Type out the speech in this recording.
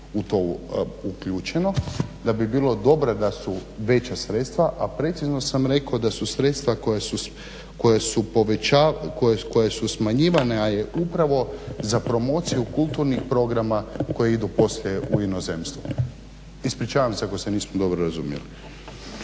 u to uključeno, da bi bilo dobro da su veća sredstva, a precizno sam rekao da su sredstva koja su smanjivanja je upravo za promociju kulturnih programa koji idu poslije u inozemstvo. Ispričavam se ako se nismo dobro razumjeli.